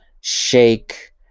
shake